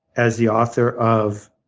as the author of